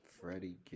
Freddie